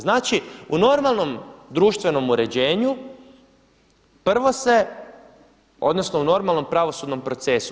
Znači u normalnom društvenom uređenju prvo se, odnosno u normalnom pravosudnom procesu.